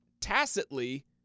tacitly